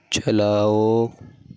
چلاؤ